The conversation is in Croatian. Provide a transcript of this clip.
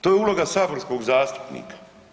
To je uloga saborskog zastupnika.